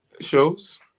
Shows